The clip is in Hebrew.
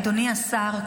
אדוני השר,